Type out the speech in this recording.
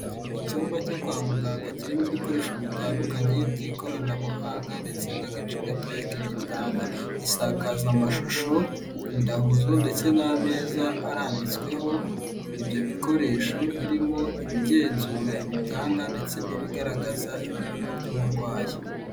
Icyumba cyo kwa muganga kirimo ibikoresho bitandukanye by'ikoranabuhanga ndetse n'agace gato k'igitanda, isakazamashusho, indahuzo ndetse n'ameza arambitsweho ibyo bikoresho, birimo ibigenzura ibitanda ndetse n'ibigaragaza ibipimo by'umurwayi.